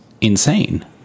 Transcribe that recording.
insane